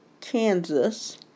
Kansas